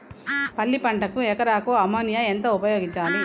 పల్లి పంటకు ఎకరాకు అమోనియా ఎంత ఉపయోగించాలి?